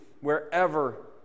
wherever